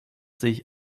sich